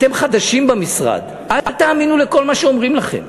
אתם חדשים במשרד, אל תאמינו לכל מה שאומרים לכם.